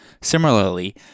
Similarly